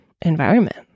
environment